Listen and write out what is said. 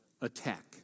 attack